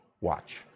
Watch